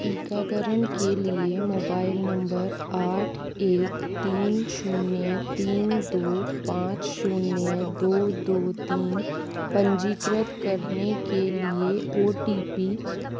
टीकाकरण के लिए मोबाइल नम्बर आठ एक तीन शून्य तीन दो पाँच शून्य दो दो तीन पंजीकृत करने के लिए ओ टी पी एक पाँच आठ दो छः तीन का उपयोग करें